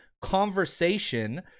conversation